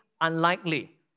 unlikely